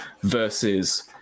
versus